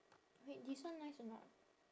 wait this one nice or not